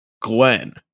Glenn